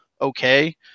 okay